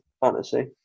fantasy